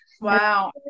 Wow